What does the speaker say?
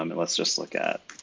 um and let's just look at